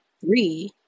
three